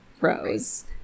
rose